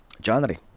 January